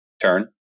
turn